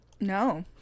No